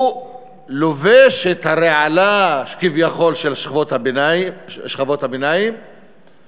הוא לובש את הרעלה כביכול של שכבות הביניים אבל